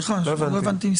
כן.